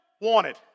wanted